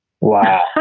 Wow